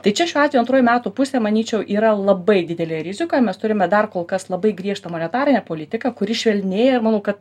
tai čia šiuo atveju antroji metų pusė manyčiau yra labai didelėj rizikoj mes turime dar kol kas labai griežtą monetarinę politiką kuri švelnėja ir manau kad